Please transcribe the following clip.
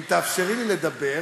אם תאפשרי לי לדבר,